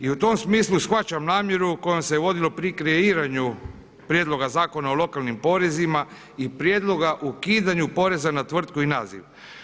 I u tom smislu i shvaćam namjeru kojom se vodilo pri kreiranju prijedloga Zakona o lokalnim porezima i prijedloga o ukidanju poreza na tvrtku i naziv.